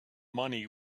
money